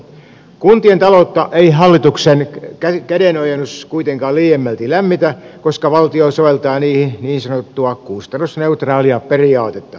kuntien taloutta ei hallituksen kädenojennus kuitenkaan liiemmälti lämmitä koska valtio soveltaa niihin niin sanottua kustannusneutraalia periaatetta